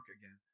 again